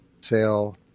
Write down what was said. sell